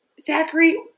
Zachary